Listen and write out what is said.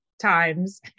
times